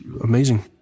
amazing